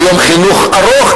או יום חינוך ארוך,